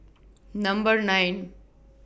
Number nine